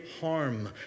harm